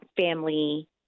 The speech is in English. family